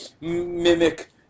mimic